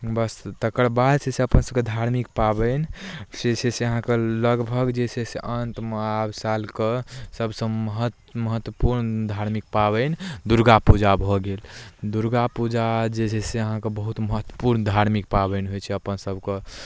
बस तकर बाद जे छै से अपन सभके धार्मिक पाबनि से जे छै से अहाँके लगभग जे छै से अन्तमे आब सालके सभसँ मह महत्व महत्वपूर्ण धार्मिक पाबनि दुर्गा पूजा भऽ गेल दुर्गा पूजा जे छै से अहाँके बहुत महत्वपूर्ण धार्मिक पाबनि होइ छै अपन सभके